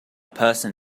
person